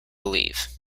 believe